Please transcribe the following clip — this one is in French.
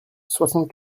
soixante